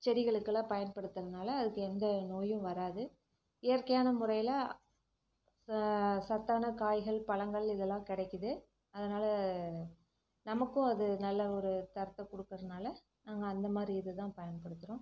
செடிகளுக்குலாம் பயன்படுத்துறனால் அதுக்கு எந்த நோயும் வராது இயற்கையான முறையில் சத்தான காய்கள் பழங்கள் இதெல்லாம் கிடைக்கிது அதனால் நமக்கும் அது நல்ல ஒரு தரத்தை கொடுக்கறனால நாங்கள் அந்த மாதிரி இது தான் பயன்படுத்துகிறோம்